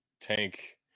Tank